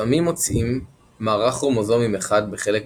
לפעמים מוצאים מערך כרומוזומים אחד בחלק מהתאים,